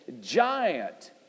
giant